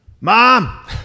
Mom